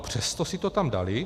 Přesto si to tam dali.